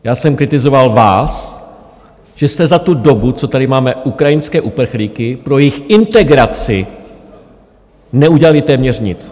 Já jsem kritizoval vás, že jste za tu dobu, co tady máme ukrajinské uprchlíky, pro jejich integraci neudělali téměř nic.